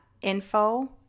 info